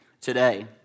today